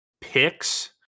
picks